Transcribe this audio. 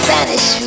Spanish